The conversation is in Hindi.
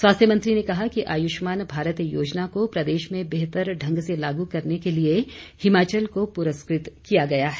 स्वास्थ्य मंत्री ने कहा कि आयुष्मान भारत योजना को प्रदेश में बेहतर ढंग से लागू करने के लिए हिमाचल को पुरस्कृत किया गया है